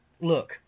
Look